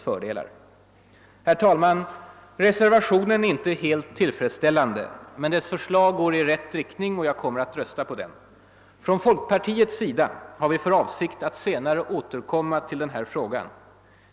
Herr talman! Reservationen 3 är inte helt tillfredsställande, men dess förslag går i rätt riktning, och jag ämnar rösta för den. Vi har inom folkpartiet för avsikt att senare återkomma till den här frågan.